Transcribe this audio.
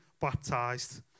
baptized